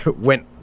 went